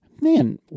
man